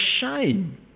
shame